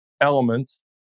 elements